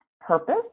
purpose